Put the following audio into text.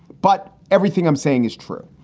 but everything i'm saying is true.